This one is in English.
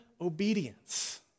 obedience